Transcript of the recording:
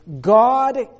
God